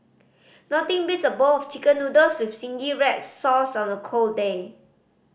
nothing beats a bowl of Chicken Noodles with zingy red sauce on a cold day